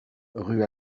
rue